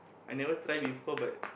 I never try before but